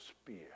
spear